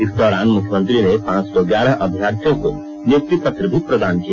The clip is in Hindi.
इस दौरान मुख्यमंत्री ने पांच सौ ग्यारह अभ्यर्थियों को नियुक्ति पत्र भी प्रदान किया